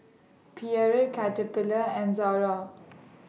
Perrier Caterpillar and Zara